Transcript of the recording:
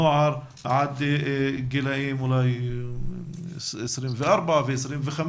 נוער עד גיל 24 ו-25,